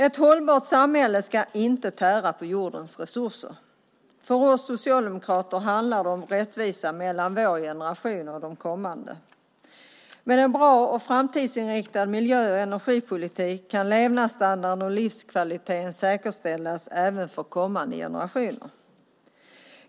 Ett hållbart samhälle ska inte tära på jordens resurser. För oss socialdemokrater handlar det om rättvisa mellan vår generation och de kommande. Med en bra och framtidsinriktad miljö och energipolitik kan levnadsstandarden och livskvaliteten säkerställas även för kommande generationer.